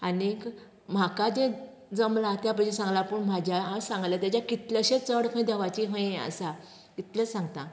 आनीक म्हाका जें जमलां त्या पयलीं सांगलां पूण म्हाज्या सांगल्या तेजें कितलेशें चड खंय देवाची खंय हें आसा इतलेंच सांगतां